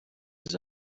this